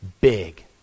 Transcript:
big